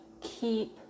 keep